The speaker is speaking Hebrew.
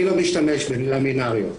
אני לא משתמש בלמינאריות.